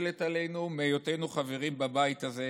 שמוטלת עלינו, מהיותנו חברים בבית הזה,